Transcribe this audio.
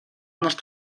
нарт